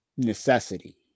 Necessity